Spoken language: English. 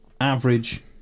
average